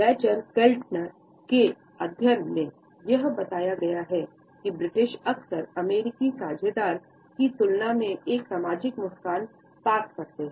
Dacher Keltner के अध्ययन में यह बताया गया है कि ब्रिटिश अक्सर अमेरिकी साझेदार की तुलना में एक सामाजिक मुस्कान पास करते हैं